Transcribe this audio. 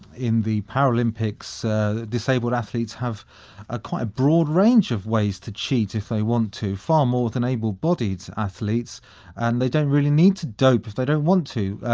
in the paralympics disabled athletes have ah quite a broad range of ways to cheat if they want to, far more than able-bodied athletes and they don't really need to dope if they don't want to.